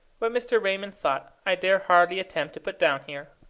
what mr. raymond thought, i dare hardly attempt to put down here.